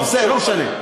בסדר, לא משנה.